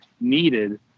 needed